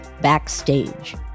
Backstage